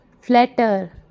Flatter